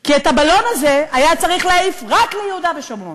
כי את הבלון הזה היה צריך להעיף רק ליהודה ושומרון,